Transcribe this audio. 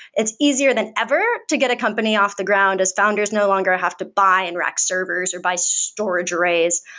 it's easier than ever to get a company off the ground as founders no longer have to buy and rack servers or buy storage arrays.